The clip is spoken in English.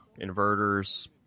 inverters